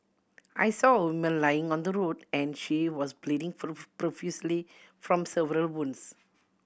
I saw a woman lying on the road and she was bleeding profusely from several wounds